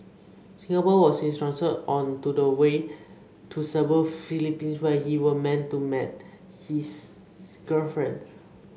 Singapore was his transit on to the way to Cebu Philippines where he was meant to meet his girlfriend